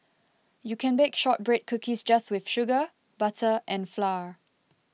you can bake Shortbread Cookies just with sugar butter and flour